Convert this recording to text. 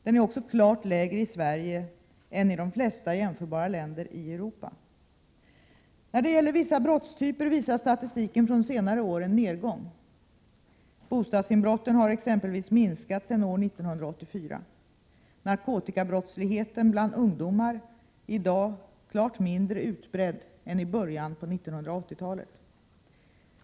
Den är också klart lägre i Sverige än i de flesta jämförbara länder i Europa. När det gäller vissa brottstyper visar statistiken från senare år en nedgång. Bostadsinbrotten har exempelvis minskat sedan år 1984. Narkotikabrottsligheten bland ungdomar är i dag klart mindre utbredd än i början av 1980-talet.